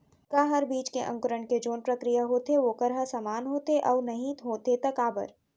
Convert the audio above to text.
का हर बीज के अंकुरण के जोन प्रक्रिया होथे वोकर ह समान होथे, अऊ नहीं होथे ता काबर?